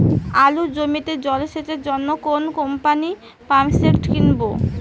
আলুর জমিতে জল সেচের জন্য কোন কোম্পানির পাম্পসেট কিনব?